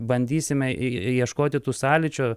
bandysime ieškoti tų sąlyčio